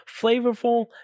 flavorful